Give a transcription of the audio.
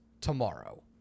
tomorrow